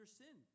sin